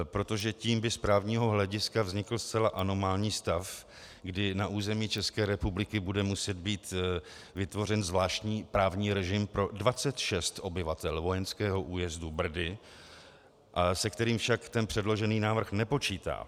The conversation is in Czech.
Protože tím by z právního hlediska vznikl zcela anomální stav, kdy na území České republiky bude muset být vytvořen zvláštní právní režim pro 26 obyvatel vojenského újezdu Brdy, se kterým však ten předložený návrh nepočítá.